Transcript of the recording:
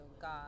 God